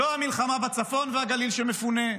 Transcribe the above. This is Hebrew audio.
לא המלחמה בצפון ובגליל, שמפונה,